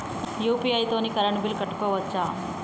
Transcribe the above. UPI తోని current bill కట్టుకోవచ్ఛా?